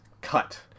cut